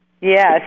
Yes